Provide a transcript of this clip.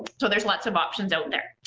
so there's lots of options out there.